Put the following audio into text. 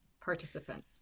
participant